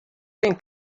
têm